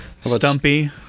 stumpy